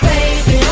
Baby